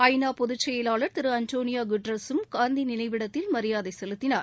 ஐ நா பொதுச்செயலாளர் திரு ஆண்டோனியோ குட்ரஸும் காந்தி நினைவிடத்தில் மரியாதை செலுத்தினார்